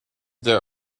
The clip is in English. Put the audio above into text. their